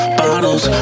bottles